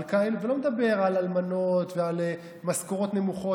ולא נדבר על אלמנות ועל משכורות נמוכות.